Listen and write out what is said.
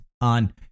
on